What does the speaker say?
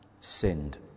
sinned